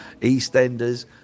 eastenders